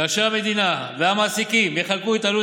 כאשר המדינה והמעסיקים יחלקו את עלות